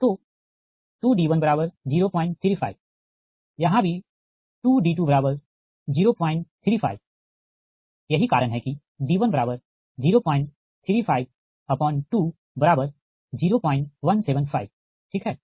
तो 2d1035 यहाँ भी 2d2035 यही कारण है कि d103520175 ठीक है